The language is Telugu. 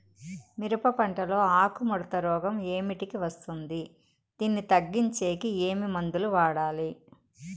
మిరప పంట లో ఆకు ముడత రోగం ఏమిటికి వస్తుంది, దీన్ని తగ్గించేకి ఏమి మందులు వాడాలి?